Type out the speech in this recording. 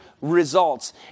results